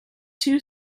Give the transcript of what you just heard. two